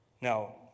Now